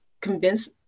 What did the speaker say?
convince